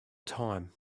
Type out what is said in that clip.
time